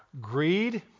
greed